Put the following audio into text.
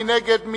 מי נגד?